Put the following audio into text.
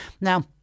Now